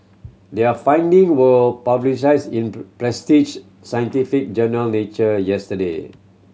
their finding were published in prestige scientific journal Nature yesterday